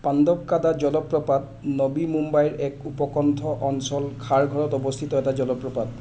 পাণ্ডৱকাদা জলপ্ৰপাত নবী মুম্বাইৰ এক উপকণ্ঠ অঞ্চল খাৰঘৰত অৱস্থিত এটা জলপ্ৰপাত